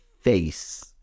face